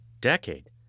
decade